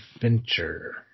Fincher